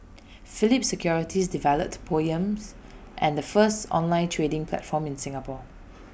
Phillip securities developed poems and the first online trading platform in Singapore